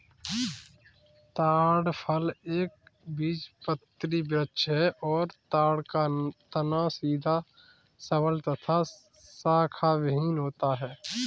ताड़ फल एक बीजपत्री वृक्ष है और ताड़ का तना सीधा सबल तथा शाखाविहिन होता है